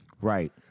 Right